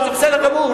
זה בסדר גמור.